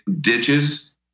ditches